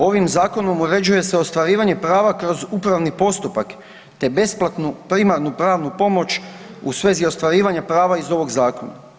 Ovim zakonom uređuje se ostvarivanje prava kroz upravni postupak te besplatnu primarnu pravnu pomoć u svezi ostvarivanja prava iz ovog zakona.